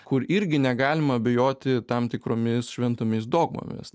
kur irgi negalima abejoti tam tikromis šventomis dogmomis